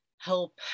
help